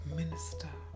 minister